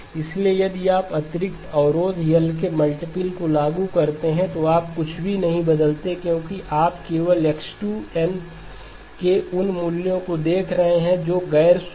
इसलिए यदि आप अतिरिक्त अवरोध L के मल्टीप्ल को लागू करते हैं तो आप कुछ भी नहीं बदलते हैं क्योंकि आप केवल X2 के उन मूल्यों को देख रहे हैं जो गैर शून्य हैं